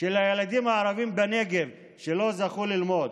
של הילדים הערבים בנגב, שלא זכו ללמוד,